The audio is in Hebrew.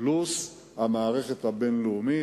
פלוס המערכת הבין-לאומית,